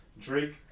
Drake